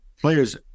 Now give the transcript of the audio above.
players